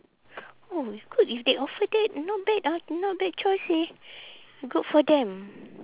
oh it's good if they offer that not bad ah not bad choice eh good for them